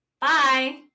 Bye